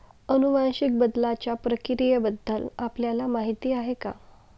अनुवांशिक बदलाच्या प्रक्रियेबद्दल आपल्याला माहिती आहे का?